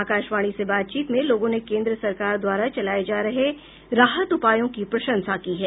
आकाशवाणी से बातचीत में लोगों ने केन्द्र सरकार द्वारा चलाये जा रहे राहत उपायों की प्रशंसा की है